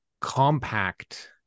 compact